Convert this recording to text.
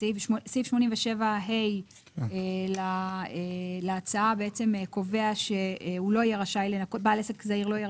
סעיף 87ה להצעה קובע שבעל עסק זעיר לא יהיה